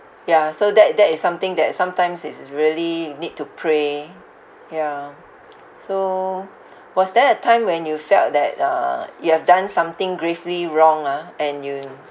ya so that that is something that sometimes is really need to pray ya so was there a time when you felt that uh you have done something gravely wrong ah and you